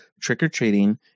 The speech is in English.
trick-or-treating